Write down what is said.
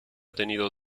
tenido